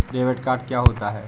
Debit card क्या होता है?